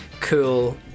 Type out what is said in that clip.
cool